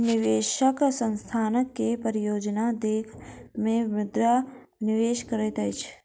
निवेशक संस्थानक के परियोजना देख के मुद्रा निवेश करैत अछि